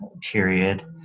period